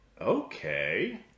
Okay